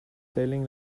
sailing